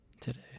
Today